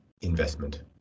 investment